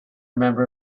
member